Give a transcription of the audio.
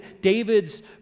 David's